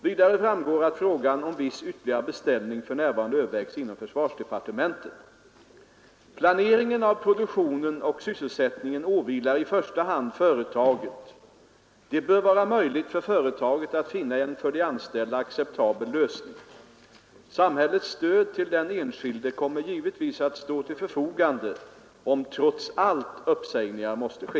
Vidare framgår att frågan om viss ytterligare beställning för närvarande övervägs inom försvarsdepartementet. Planeringen av produktion och sysselsättning åvilar i första hand företaget. Det bör vara möjligt för företaget att finna en för de anställda acceptabel lösning. Samhällets stöd till den enskilde kommer givetvis att stå till förfogande om trots allt uppsägningar måste ske.